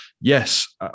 yes